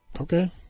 Okay